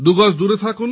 দুগজ দূরে থাকুন